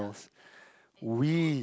we